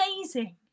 amazing